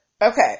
Okay